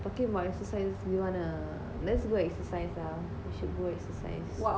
talking about exercise do you want err lets go exercise ah we should go exercise